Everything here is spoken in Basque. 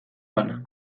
bana